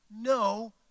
no